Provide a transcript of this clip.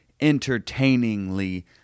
entertainingly